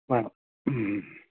വേണം മ്മ്